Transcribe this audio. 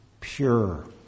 pure